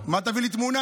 מה תביא לי תמונה?